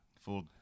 Full